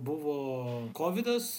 buvo kovidas